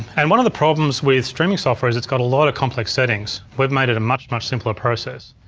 and one of the problems with steaming software is it's got a lot of complex settings. we've made it a much, much simpler process.